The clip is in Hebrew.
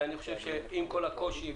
ואני חושב שעם כל הקושי,